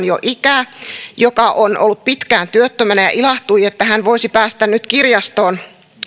jo ikää joka on ollut pitkään työttömänä ja ilahtui että hän voisi päästä nyt kirjastoon